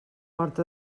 horta